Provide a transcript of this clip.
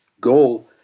goal